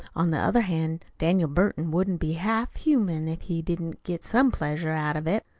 on the other hand, daniel burton wouldn't be half humane if he didn't get some pleasure out of it,